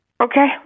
Okay